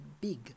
big